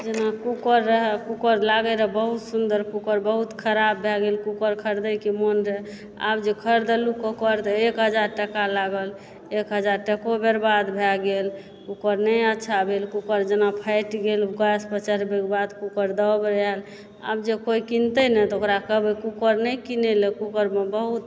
जेना कुकर रहऽ कुकर लागै रहऽ बहुत सुन्दर कुकर बहुत खराब भए गेल कुकर खरीदएके मोन रहऽआब जे खरीदलहुँ कुकर तऽ एक हजार टका लागल एक हजार टको बर्बाद भए गेल कुकर नहि अच्छा भेल कुकर जेना फाटि गेल गैस पर चढ़बैके बाद कुकर देबऽ रहऽ आब जे कोइ किनतै ने तऽ ओकरा कहबै नहि किनैला कुकरमे बहुत